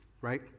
right